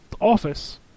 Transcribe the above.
office